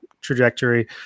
trajectory